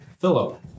Philip